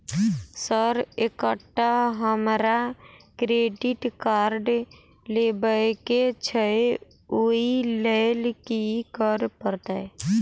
Sir एकटा हमरा credit card लेबकै छैय ओई लैल की करऽ परतै?